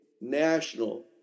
national